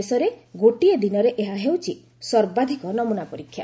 ଦେଶରେ ଗୋଟିଏ ଦିନରେ ଏହା ହେଉଛି ସର୍ବାଧିକ ନମ୍ରନା ପରୀକ୍ଷା